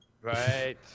right